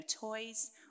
toys